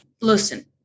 Listen